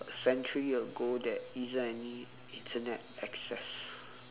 century ago there isn't any internet access